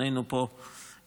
שנינו פה מ-2006: